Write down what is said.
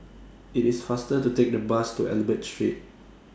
IT IS faster to Take The Bus to Albert Street